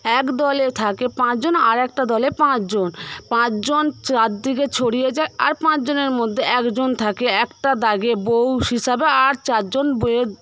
এক দলে থাকে পাঁচজন আরেকটা দলে পাঁচজন পাঁচজন চারদিকে ছড়িয়ে যায় আর পাঁচজনের মধ্যে একজন থাকে একটা দাগে বৌ হিসাবে আর চারজন বেয়ে